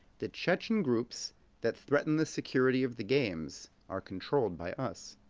the chechen groups that threaten the security of the games are controlled by us,